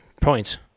points